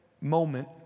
moment